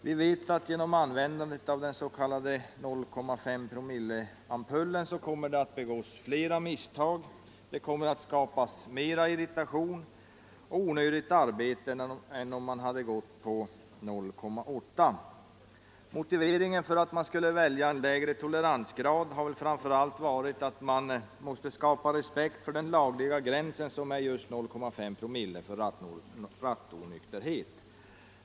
Vi vet att det genom användandet av 0,5-promilleampullen kommer att begås flera misstag, att det kommer att skapa mera irritation och onödigt arbete än om man hade gått på 0,8-promilleampullen. i Motiveringen för att man skulle välja en lägre toleransgrad har väl framför allt varit att man måste skapa respekt för den lagliga gränsen, som är just 0,5 promille för rattonykterhet.